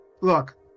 Look